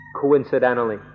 coincidentally